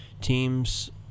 teams